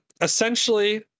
essentially